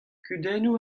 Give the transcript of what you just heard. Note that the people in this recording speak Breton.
kudennoù